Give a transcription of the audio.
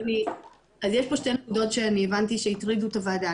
אז יש פה שתי נקודות שאני הבנתי שהטרידו את הוועדה,